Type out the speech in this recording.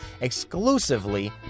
exclusively